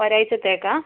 ഒരാഴ്ച്ചത്തേക്കാണോ